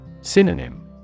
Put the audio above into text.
Synonym